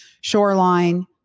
Shoreline